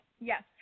Yes